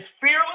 fearless